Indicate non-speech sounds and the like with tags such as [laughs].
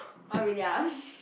oh really ah [laughs]